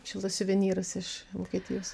šiltas suvenyras iš vokietijos